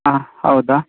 ಹಾಂ ಹೌದಾ